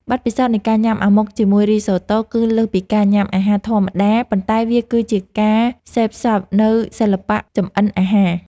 បទពិសោធន៍នៃការញ៉ាំអាម៉ុកជាមួយរីសូតូគឺលើសពីការញ៉ាំអាហារធម្មតាប៉ុន្តែវាគឺជាការសេពស៊ប់នូវសិល្បៈចម្អិនអាហារ។